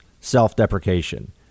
self-deprecation